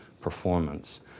performance